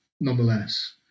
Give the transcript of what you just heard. nonetheless